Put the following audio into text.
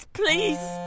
please